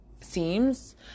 seems